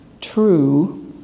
true